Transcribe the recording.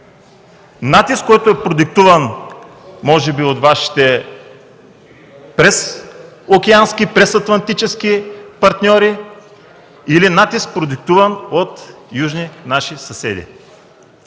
Натиск, който е продиктуван може би от Вашите презокеански, презатлантически партньори или натиск, продиктуван от южни наши съседи.